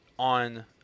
on